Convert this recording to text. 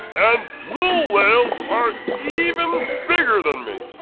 and blue whales are even bigger than me!